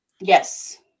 yes